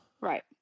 right